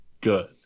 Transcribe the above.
good